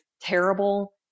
terrible